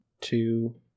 Two